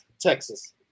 Texas